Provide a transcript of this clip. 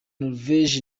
norvege